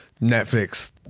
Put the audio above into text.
Netflix